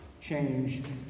changed